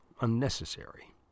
unnecessary